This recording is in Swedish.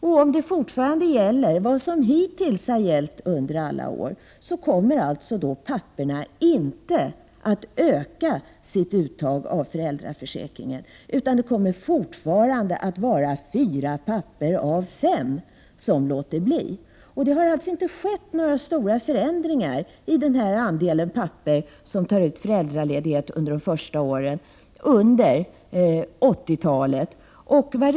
Om det som hittills har gällt under alla år gäller även i fortsättningen, kommer papporna inte att öka sitt uttag av ledighet enligt föräldraförsäkring en. I stället kommer det även i fortsättningen att vara fyra pappor av fem som låter bli att vara lediga. Det har alltså inte skett några stora förändringar när det gäller andelen pappor som under 1980-talet är föräldralediga under de första åren efter ett barns födelse.